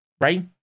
Right